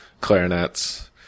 clarinets